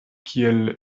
kiel